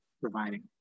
providing